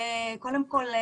בבקשה.